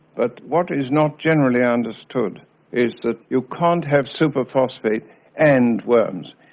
but what is not generally understood is that you can't have superphosphate and worms.